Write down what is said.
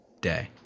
day